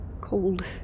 Cold